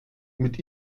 mit